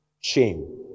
shame